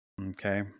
okay